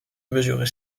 mesurer